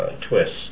twist